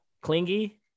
Clingy